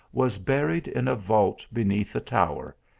was buried in a vault beneath the tower,